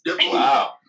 wow